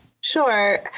Sure